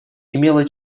имела